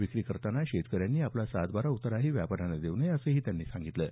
विक्री करताना शेतकऱ्यांनी आपला सातबारा उतारा व्यापाऱ्यांना देऊ नये असंही त्यांनी सांगितलं आहे